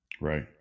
right